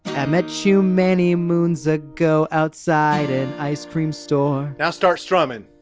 i met you many moons ago outside an ice cream store. now start strumming.